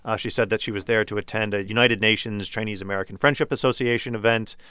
ah she said that she was there to attend a united nations chinese american friendship association event.